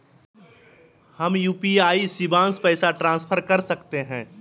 हम यू.पी.आई शिवांश पैसा ट्रांसफर कर सकते हैं?